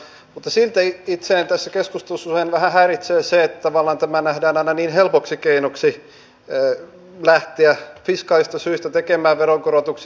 mutta silti itseäni tässä keskustelussa usein vähän häiritsee se että tavallaan tämä nähdään aina niin helpoksi keinoksi lähteä fiskaalisista syistä tekemään veronkorotuksia